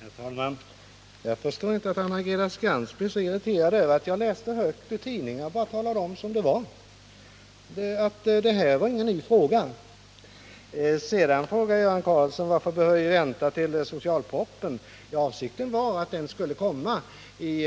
Herr talman! Jag förstår inte att Anna-Greta Skantz blev så irriterad av att jag läste högt ur tidningen. Jag sade bara som det var, att detta är ingen ny fråga. Sedan frågade Göran Karlsson: Varför behöver vi vänta på socialpropositionen? Ja, avsikten var att den skulle komma vid